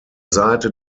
seite